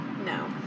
No